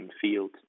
field